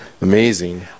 Amazing